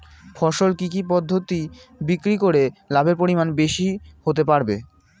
ফসল কি কি পদ্ধতি বিক্রি করে লাভের পরিমাণ বেশি হতে পারবে?